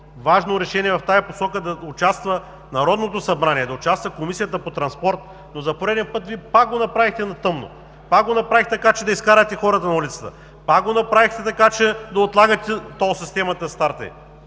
важно решение в тази посока да участва Народното събрание, да участва Комисията по транспорт, но за пореден път Вие пак го направихте на тъмно, пак го направихте така, че да изкарате хората на улицата, пак го направихте така, че да отлагате старта на